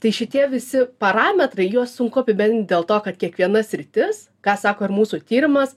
tai šitie visi parametrai juos sunku apibendrint dėl to kad kiekviena sritis ką sako ir mūsų tyrimas